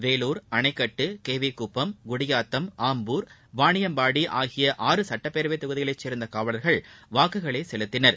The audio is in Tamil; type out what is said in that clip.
வேலூர் அணைக்கட்டு கே வி குப்பம் குடியாத்தம் ஆம்பூர் வாணியம்பாடி ஆகிய ஆறு சுட்டப்பேரவை தொகுதிகளைச் சேர்ந்த காவலர்கள் வாக்குகளை செலுத்தினர்